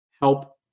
help